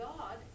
God